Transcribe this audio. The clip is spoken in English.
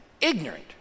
ignorant